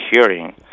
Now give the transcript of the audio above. hearing